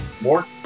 More